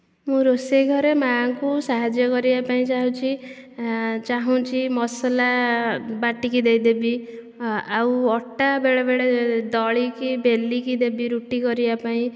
ମୁଁ ରୋଷେଇ ଘରେ ମା'ଙ୍କୁ ସାହାଯ୍ୟ କରିବା ପାଇଁ ଚାହୁଁଛି ଚାହୁଁଛି ମସଲା ବାଟିକି ଦେଇଦେବି ଆଉ ଅଟା ବେଳେ ବେଳେ ଦଳିକି ବେଲିକି ଦେବି ରୁଟି କରିବା ପାଇଁ